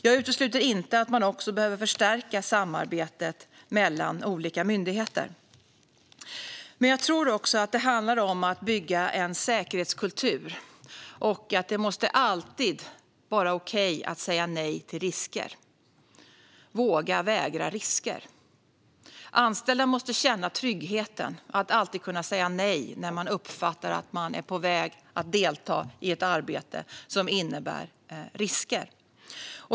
Jag utesluter inte att man också kan behöva förstärka samarbetet mellan olika myndigheter. Men jag tror också att det handlar om att bygga en säkerhetskultur. Det måste alltid vara okej att säga nej till risker, det vill säga att våga vägra risker. Anställda måste känna tryggheten att alltid kunna säga nej när de uppfattar att de är på väg att delta i arbetsuppgifter som innebär risker.